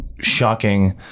Shocking